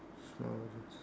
so